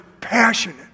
passionate